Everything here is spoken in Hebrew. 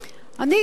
אני,